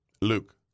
Luke